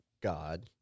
God